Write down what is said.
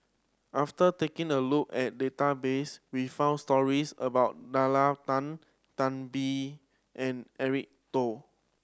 after taking a look at database we found stories about Nalla Tan Tan Biyun and Eric Teo